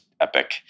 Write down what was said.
epic